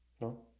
No